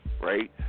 right